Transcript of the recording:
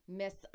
miss